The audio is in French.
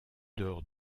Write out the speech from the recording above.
dehors